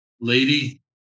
lady